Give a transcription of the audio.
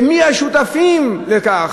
ומי השותפים לכך?